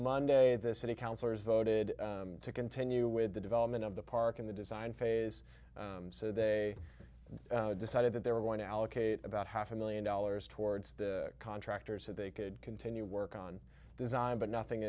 monday this city councillors voted to continue with the development of the park in the design phase so they decided that they were going to allocate about half a million dollars towards the contractors so they could continue work on design but nothing